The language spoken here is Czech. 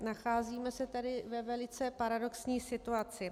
Nacházíme se tady ve velice paradoxní situaci.